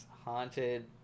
haunted